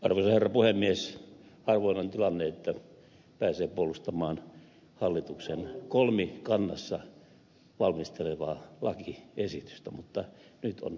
harvoin on tilanne että pääsee puolustamaan hallituksen kolmikannassa valmistelemaa lakiesitystä mutta nyt on se tilanne